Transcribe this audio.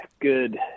good